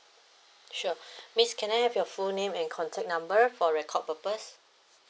sure miss can I have your full name and contact number for record purpose